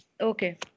Okay